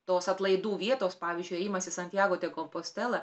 tos atlaidų vietos pavyzdžiui ėjimas į santjago del kompostela